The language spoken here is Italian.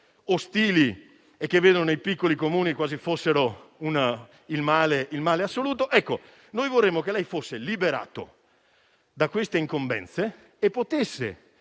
questo - che vede i piccoli Comuni quasi come il male assoluto. Ecco, vorremmo che fosse liberato da queste incombenze e potesse